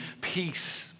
peace